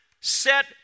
set